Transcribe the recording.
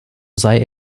sei